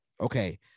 Okay